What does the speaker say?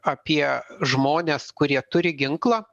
apie žmones kurie turi ginklą